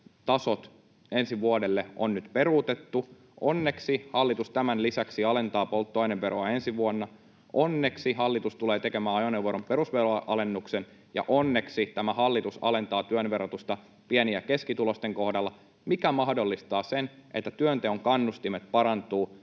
ensi vuodelle on nyt peruutettu, onneksi hallitus tämän lisäksi alentaa polttoaineveroa ensi vuonna, onneksi hallitus tulee tekemään ajoneuvoveron perusveron alennuksen, ja onneksi tämä hallitus alentaa työn verotusta pieni- ja keskituloisten kohdalla, mikä mahdollistaa sen, että työnteon kannustimet parantuvat